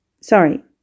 Sorry